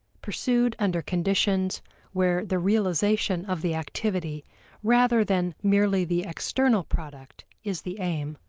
pursued under conditions where the realization of the activity rather than merely the external product is the aim,